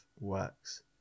works